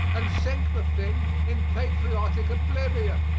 and sink the thing in patriotic oblivion.